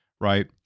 right